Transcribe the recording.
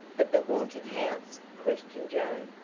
but the haunted house? questioned joe.